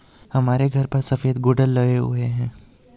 हमारे घर पर सफेद गुड़हल लगे हुए हैं